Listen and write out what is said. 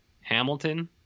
Hamilton